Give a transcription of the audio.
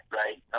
right